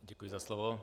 Děkuji za slovo.